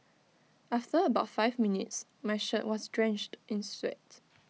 after about five minutes my shirt was drenched in sweat